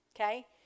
okay